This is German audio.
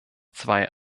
zwei